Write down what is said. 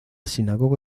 sinagoga